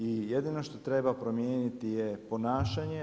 I jedino što treba promijeniti je ponašanje.